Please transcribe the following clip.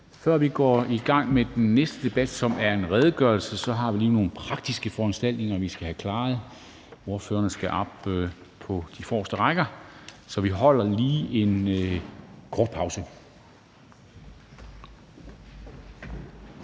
Før vi går i gang med den næste debat, som er om en redegørelse, har vi nogle praktiske foranstaltninger, vi skal have klaret. Ordførerne skal op at sidde på de forreste rækker, så vi holder lige en kort pause.